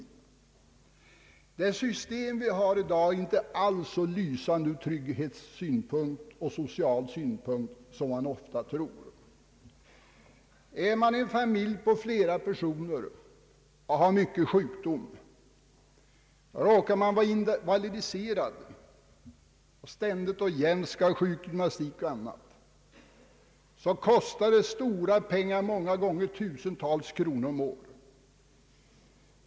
Det system som finns i dag är inte alls så lysande ur trygghetssynpunkt eller social synpunkt som vi ofta tror. Består en familj av flera personer och det förekommer mycket sjukdom inom familjen, eller råkar en person vara invalidiserad och ständigt och jämt behöver sjukgymnastik och annan behandling, kostar detta stora pengar, många gånger tusentals kronor om året.